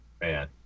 Man